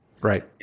Right